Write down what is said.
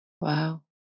Wow